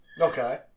Okay